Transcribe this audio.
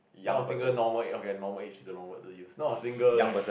not a single normal a~ okay normal age is the wrong word to use not a single like